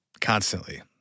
constantly